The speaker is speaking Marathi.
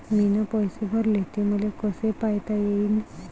मीन पैसे भरले, ते मले कसे पायता येईन?